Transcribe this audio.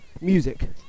music